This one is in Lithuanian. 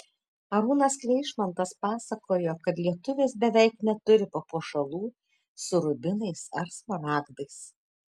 arūnas kleišmantas pasakojo kad lietuvės beveik neturi papuošalų su rubinais ar smaragdais